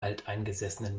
alteingesessenen